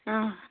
آ